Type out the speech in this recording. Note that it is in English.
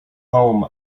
home